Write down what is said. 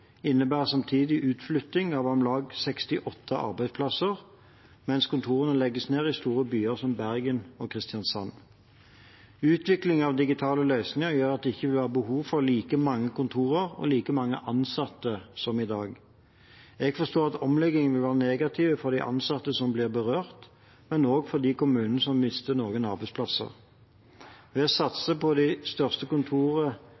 innebærer samtidig utflytting av om lag 68 arbeidsplasser, mens kontorene legges ned i store byer som Bergen og Kristiansand. Utvikling av digitale løsninger gjør at det ikke vil være behov for like mange kontorer og like mange ansatte som i dag. Jeg forstår at omleggingen vil være negativ for de ansatte som blir berørt, men også for de kommunene som mister noen arbeidsplasser. Ved å satse på de største kontorene